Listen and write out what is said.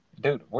Dude